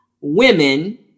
women